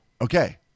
Okay